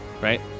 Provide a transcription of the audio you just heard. right